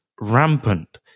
rampant